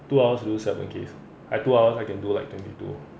two hours to do seven case I two hours I can do like twenty two